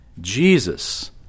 Jesus